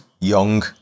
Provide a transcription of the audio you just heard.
young